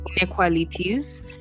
inequalities